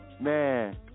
Man